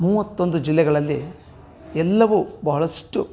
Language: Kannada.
ಮೂವತ್ತೊಂದು ಜಿಲ್ಲೆಗಳಲ್ಲಿ ಎಲ್ಲವೂ ಭಾಳಷ್ಟು